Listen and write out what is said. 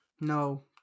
No